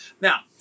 Now